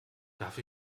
darf